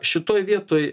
šitoj vietoj